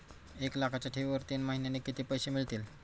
एक लाखाच्या ठेवीवर तीन महिन्यांनी किती पैसे मिळतील?